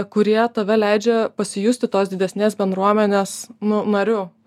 kurie tave leidžia pasijusti tos didesnės bendruomenės nu nariu